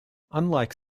unlike